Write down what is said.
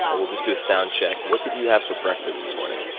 i will just do a sound check. what did you have for breakfast this morning?